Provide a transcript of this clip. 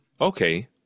Okay